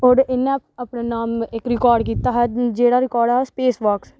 होर इं'नें अपने नाम इक रकार्ड कीता जेह्ड़ा रकार्ड ऐ ओह् स्पेस वाक दा